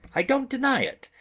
i don't deny it,